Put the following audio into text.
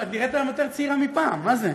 את נראית היום יותר צעירה מפעם, מה זה?